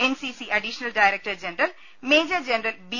N C C additional director general major general B